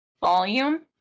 volume